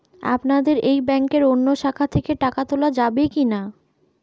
আপনাদের এই ব্যাংকের অন্য শাখা থেকে টাকা তোলা যাবে কি না?